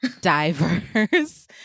diverse